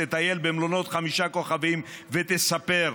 היא תטייל במלונות חמישה כוכבים ותספר.